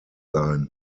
sein